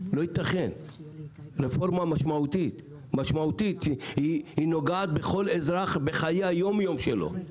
של הפריפריה, של כלל האוכלוסיות,